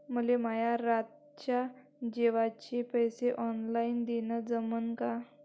मले माये रातच्या जेवाचे पैसे ऑनलाईन देणं जमन का?